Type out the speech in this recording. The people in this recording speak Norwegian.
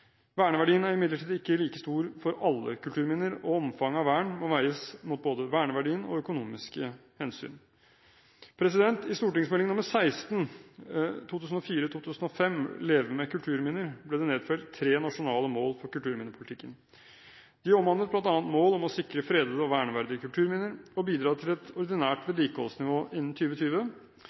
Verneverdien er imidlertid ikke like stor for alle kulturminner, og omfanget av vern må veies mot både verneverdien og økonomiske hensyn. I St.meld. nr. 16 for 2004–2005, Leve med kulturminner, ble det nedfelt tre nasjonale mål for kulturminnepolitikken. De omhandlet bl.a. mål om å sikre fredede og verneverdige kulturminner og ha et ordinært vedlikeholdsnivå innen